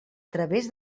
través